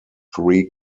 three